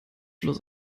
bloß